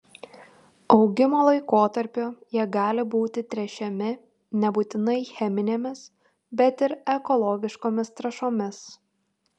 augimo laikotarpiu jie gali būti tręšiami nebūtinai cheminėmis bet ir ekologiškomis trąšomis